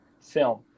film